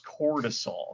cortisol